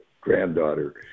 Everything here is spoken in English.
granddaughter